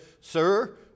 Sir